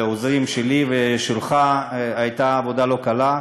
לעוזרים שלי ושלך הייתה עבודה לא קלה,